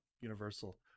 universal